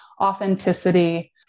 authenticity